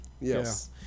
Yes